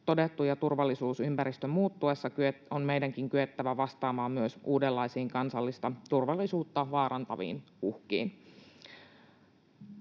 todettu, ja turvallisuusympäristön muuttuessa on meidänkin kyettävä vastaamaan myös uudenlaisiin kansallista turvallisuutta vaarantaviin uhkiin.